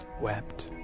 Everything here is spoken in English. wept